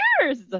Cheers